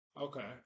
okay